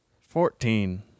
Fourteen